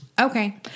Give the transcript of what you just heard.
Okay